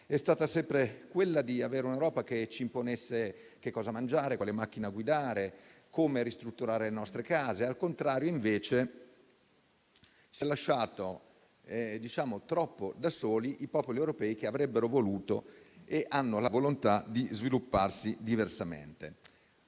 è stata sempre quella di un'Europa che ci imponeva cosa mangiare, quale macchina guidare, come ristrutturare le nostre case. Al contrario, invece, sono stati lasciati troppo da soli i popoli europei che avrebbero voluto e hanno la volontà di svilupparsi diversamente,